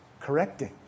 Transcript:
correcting